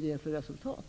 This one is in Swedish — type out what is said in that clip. ger för resultat.